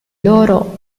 loro